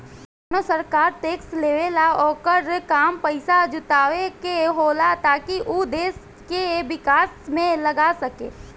कवनो सरकार टैक्स लेवेला ओकर काम पइसा जुटावे के होला ताकि उ देश के विकास में लगा सके